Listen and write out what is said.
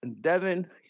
Devin